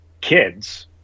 kids